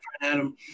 Adam